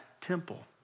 temple